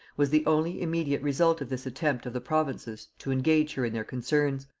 was the only immediate result of this attempt of the provinces to engage her in their concerns.